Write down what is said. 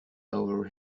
over